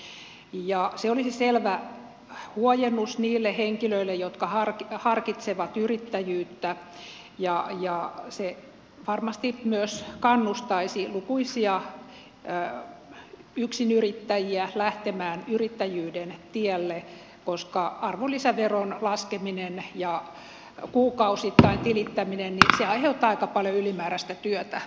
se olisi selvä huojennus niille henkilöille jotka harkitsevat yrittäjyyttä ja se varmasti myös kannustaisi lukuisia yksinyrittäjiä lähtemään yrittäjyyden tielle koska arvonlisäveron laskeminen ja kuukausittain tilittäminen aiheuttaa aika paljon ylimääräistä työtä pienyrittäjille